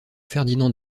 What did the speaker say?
ferdinand